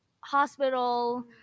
hospital